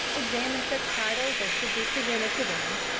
examine such titles as should be presented to them,